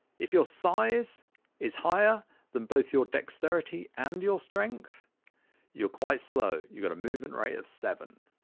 if your size is higher than both your dexterity and your strength you're quite slow you got a movement rate of seven.